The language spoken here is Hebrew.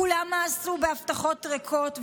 כולם מאסו בהבטחות ריקות,